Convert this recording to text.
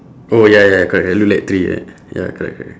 oh ya ya correct look like tree like that ya correct correct